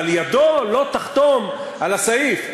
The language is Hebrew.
אבל ידו לא תחתום על הסעיף.